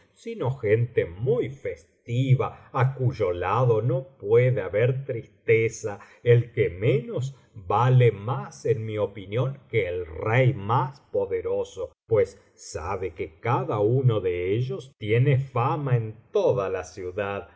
sino gente muy festiva á cuyo lado no puede haber tristeza el que menos vale más en mi opinión que el rey más poderoso pues sabe que cada uno de ellos tiene fama en toda la ciudad